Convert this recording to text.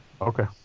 okay